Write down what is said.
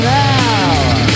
now